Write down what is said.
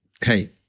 hey